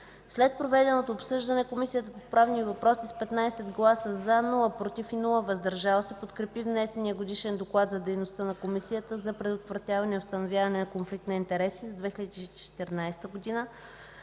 След проведеното обсъждане Комисията по правни въпроси с 15 гласа „за”, без „против” и „въздържали се”, подкрепи внесения Годишен доклад за дейността на Комисията за предотвратяване и установяване на конфликт на интереси за 2014 г.,